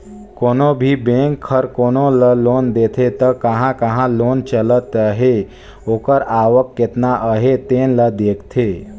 कोनो भी बेंक हर कोनो ल लोन देथे त कहां कहां लोन चलत अहे ओकर आवक केतना अहे तेन ल देखथे